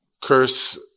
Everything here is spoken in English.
curse